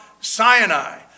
Sinai